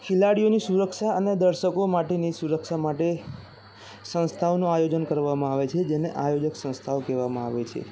ખેલાડીઓની સુરક્ષા અને દર્શકો માટેની સુરક્ષા માટે સંસ્થાઓનું આયોજન કરવામાં આવે છે જેને આયોજક સંસ્થાઓ કહેવામાં આવે છે